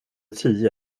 tio